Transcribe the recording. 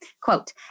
Quote